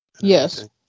Yes